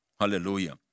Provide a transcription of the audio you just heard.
hallelujah